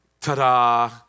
ta-da